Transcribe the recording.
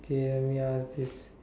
okay wait ah this